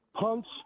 punts